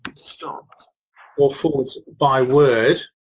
so um ah or forwards by word